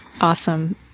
Awesome